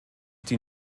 die